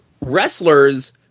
wrestlers